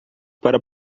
para